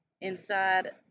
inside